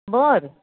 बरं